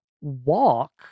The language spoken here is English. walk